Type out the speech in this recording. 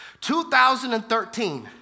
2013